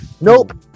Nope